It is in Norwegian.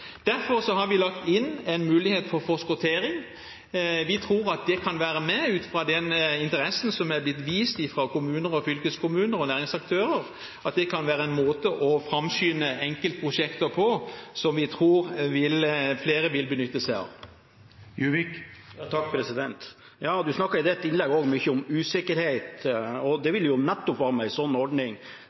Derfor har vi lagt inn en mulighet for forskottering. Vi tror at det, med tanke på den interessen som er blitt vist fra kommuner, fylkeskommuner og næringsaktører, kan være en måte å framskynde enkeltprosjekter på som vi tror flere vil benytte seg av. Representanten Grøvan snakket i sitt innlegg også mye om usikkerhet. Det vil det jo nettopp være med en slik ordning,